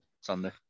Sunday